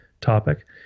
topic